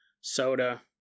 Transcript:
soda